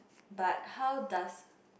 but how does